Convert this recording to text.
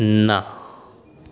ના